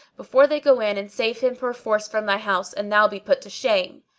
before they go in and save him perforce from thy house, and thou be put to shame.